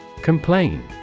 Complain